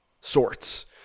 sorts